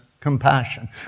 compassion